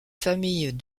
famille